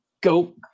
Go